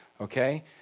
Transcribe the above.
Okay